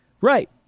Right